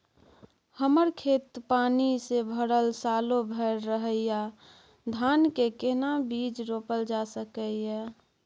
हमर खेत पानी से भरल सालो भैर रहैया, धान के केना बीज रोपल जा सकै ये?